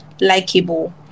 likable